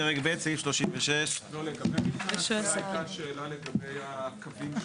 פרק ב', סעיף 36. הייתה שאלה לגבי הקווים.